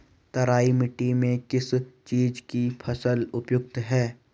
तराई मिट्टी में किस चीज़ की फसल उपयुक्त है?